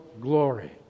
glory